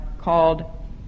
called